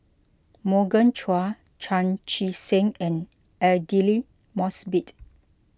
Morgan Chua Chan Chee Seng and Aidli Mosbit